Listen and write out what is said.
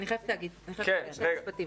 אני חייבת להגיב בשני משפטים.